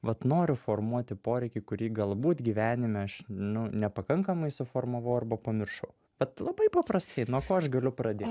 vat noriu formuoti poreikį kurį galbūt gyvenime aš nu nepakankamai suformavau arba pamiršau bet labai paprastai nuo ko aš galiu pradėt